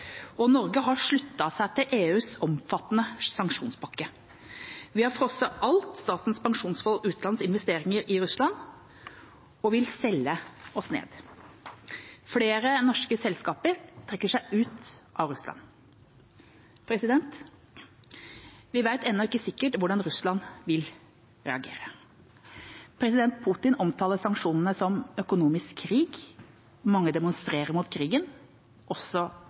og Norge har sluttet seg til EUs omfattende sanksjonspakke. Vi har frosset alle Statens pensjonsfond utlands investeringer i Russland og vil selge oss ned. Flere norske selskap trekker seg ut av Russland. Vi vet ennå ikke sikkert hvordan Russland vil reagere. President Putin omtaler sanksjonene som økonomisk krig. Mange demonstrerer mot krigen, også